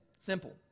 simple